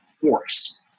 Forest